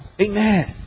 Amen